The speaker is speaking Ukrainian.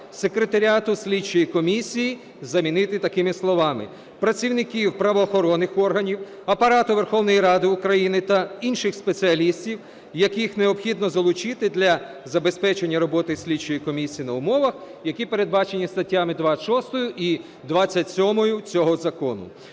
"секретаріату слідчої комісії" замінити такими словами "працівників правоохоронних органів, Апарату Верховної Ради України та інших спеціалістів, яких необхідно залучити для забезпечення роботи слідчої комісії на умовах, які передбачені статтями 26 і 27 цього закону".